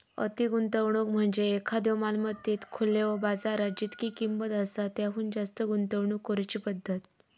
अति गुंतवणूक म्हणजे एखाद्यो मालमत्तेत खुल्यो बाजारात जितकी किंमत आसा त्याहुन जास्त गुंतवणूक करुची पद्धत